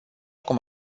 cum